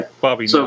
Bobby